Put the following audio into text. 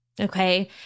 Okay